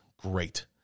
great